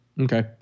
okay